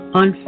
on